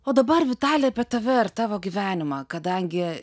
o dabar vitali apie tave ir tavo gyvenimą kadangi